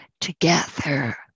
together